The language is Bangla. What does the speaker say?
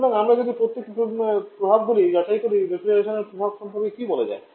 সুতরাং আমরা যদি এখনই প্রভাবগুলি যাচাই করি রেফ্রিজারেশন প্রভাব সম্পর্কে কী বলা যায়